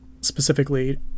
specifically